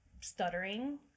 stuttering